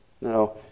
Now